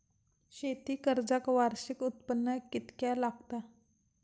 शेती कर्जाक वार्षिक उत्पन्न कितक्या लागता?